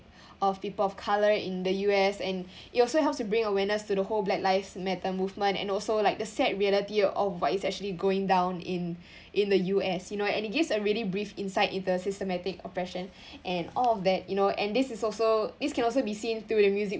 of people of colour in the U_S and it also helps to bring awareness to the whole black lives matter movement and also like the sad reality of what it's actually going down in in the U_S you know and it gives a really brief insight in the systematic oppression and all of that you know and this is also this can also be seen through the music